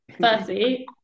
Firstly